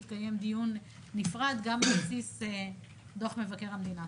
יתקיים דיון נפרד, גם על בסיס דוח מבקר המדינה.